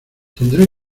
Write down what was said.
tendré